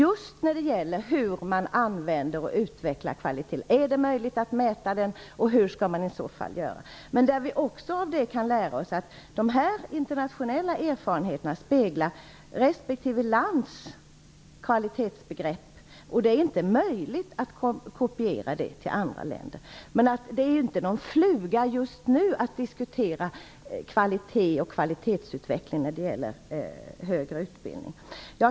Det handlar just om hur man använder och utvecklar kvalitet. Är det möjligt att mäta kvalitet? Hur skall man i så fall göra? De internationella erfarenheterna speglar respektive lands kvalitetsbegrepp. Det är inte möjligt att kopiera detta till andra länder, men att diskutera kvalitet och kvalitetsutveckling när det gäller högre utbildning är inte någon fluga som är inne just nu.